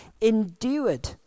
endured